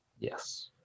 Yes